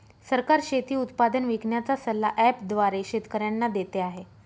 सरकार शेती उत्पादन विकण्याचा सल्ला ॲप द्वारे शेतकऱ्यांना देते आहे